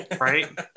right